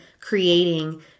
creating